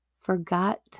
Forgot